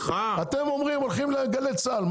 אתם הולכים לגלי צה"ל.